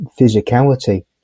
physicality